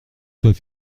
soit